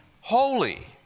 holy